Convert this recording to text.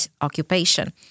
occupation